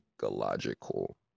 psychological